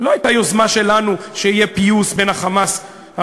לא הייתה יוזמה שלנו שיהיה פיוס בין ה"חמאס",